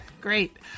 Great